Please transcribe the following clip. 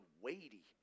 weighty